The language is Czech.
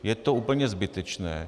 Je to úplně zbytečné.